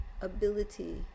ability